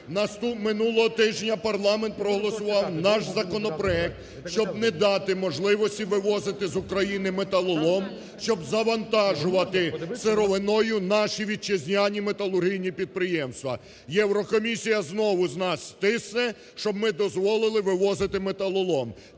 Минулого тижня парламент проголосував наш законопроект, щоб не дати можливості вивозити з України металолом, щоб завантажувати сировиною наші вітчизняні металургійні підприємства. Єврокомісія знову на нас тисне, щоб ми дозволили вивозити металолом.